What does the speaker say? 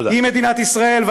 היא מדינת ישראל.